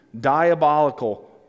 diabolical